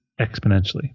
exponentially